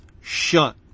shut